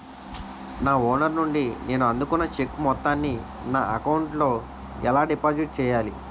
నా ఓనర్ నుండి నేను అందుకున్న చెక్కు మొత్తాన్ని నా అకౌంట్ లోఎలా డిపాజిట్ చేయాలి?